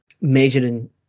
measuring